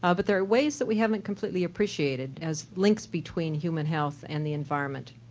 ah but there are ways that we haven't completely appreciated as links between human health and the environment.